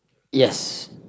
yes